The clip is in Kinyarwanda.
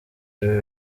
ibi